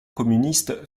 communiste